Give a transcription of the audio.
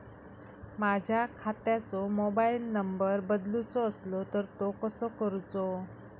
माझ्या खात्याचो mobile number बदलुचो असलो तर तो कसो करूचो?